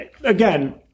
again